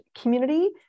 community